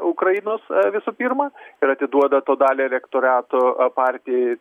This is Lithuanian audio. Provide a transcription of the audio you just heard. ukrainos visų pirma ir atiduoda to dalį elektorato partijai